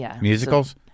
Musicals